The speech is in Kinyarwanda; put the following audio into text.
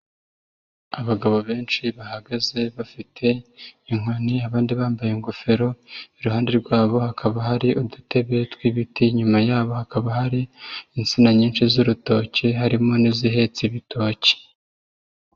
Abagabo benshi bahagaze bafite inkoni abandi bambaye ingofero, iruhande rwabo hakaba hari udutebe tw'ibiti, inyuma yabo hakaba hari insina nyinshi z'urutoki harimo n'izihetse ibitoki.